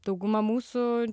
dauguma mūsų